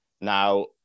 now